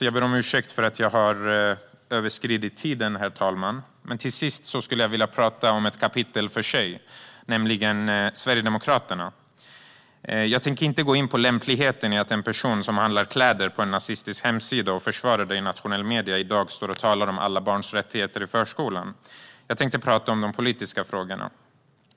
Jag ber om ursäkt för att jag har överskridit tiden, herr talman. Men till sist skulle jag vilja tala om ett kapitel för sig, nämligen Sverigedemokraterna. Jag tänker inte gå in på lämpligheten i att en person som handlar kläder på en nazistisk hemsida, och försvarar detta i nationella medier, i dag har stått och talat om alla barns rättigheter i förskolan. Jag tänkte i stället tala om de politiska frågorna.